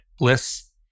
lists